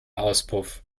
auspuff